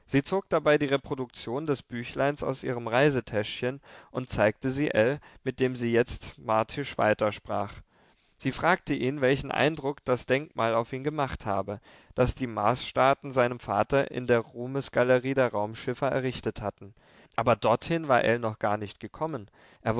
sie zog dabei die reproduktion des büchleins aus ihrem reisetäschchen und zeigte sie ell mit dem sie jetzt martisch weitersprach sie fragte ihn welchen eindruck das denkmal auf ihn gemacht habe das die marsstaaten seinem vater in der ruhmesgalerie der raumschiffer errichtet hatten aber dorthin war ell noch gar nicht gekommen